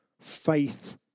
Faith